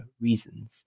reasons